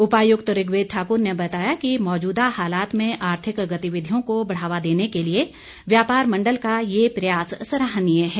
उपायुक्त ऋग्वेद ठाकुर ने बताया कि मौजूदा हालात में आर्थिक गतिविधियों को बढ़ावा देने के लिए व्यापार मण्डल का ये प्रयास सराहनीय है